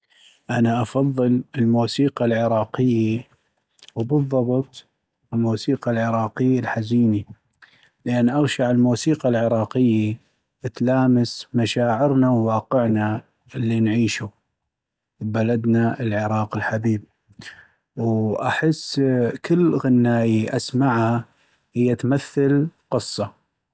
انا افضل الموسيقى العراقيي وبالضبط الموسيقى العراقيي الحزيني، لأن اغشع الموسيقى العراقيي تلامس مشاعرنا و واقعنا اللي نعيشو ابلدنا العراق الحبيب ، واحس ا كل غناي اسمعها هي تمثل قصة